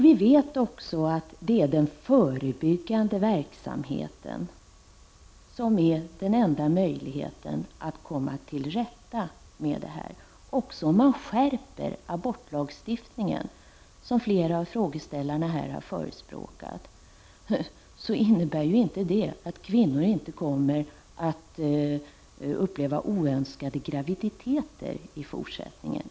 Vi vet också att den förebyggande verksamheten är den enda möjligheten vi har att komma till rätta med detta problem. En skärpning av abortlagstiftningen, vilket har förespråkats av flera av interpellanterna, innebär ju inte att kvinnor inte kommer att uppleva oönskade graviditeter i fortsättningen.